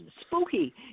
spooky